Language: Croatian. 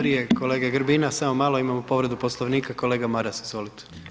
Prije kolege Grbina, samo malo imamo povredu Poslovnika, kolega Maras izvolite.